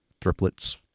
triplets